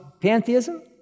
pantheism